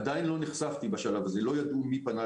עדיין לא נחשפתי בשלב הזה, לא ידעו מי פנה.